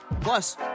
Plus